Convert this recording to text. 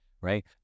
Right